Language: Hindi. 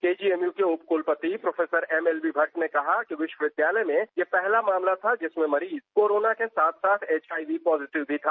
केजीएमयू के उप कुलपति प्रोफेसर एमएलबी भट्ट ने कहा कि विश्वविद्यालय में ये पहला मामला था जिसमें मरीज कोरोना के साथ साथ एचआईवी पॉजिटिव भी था